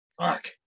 Fuck